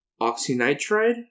oxynitride